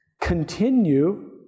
continue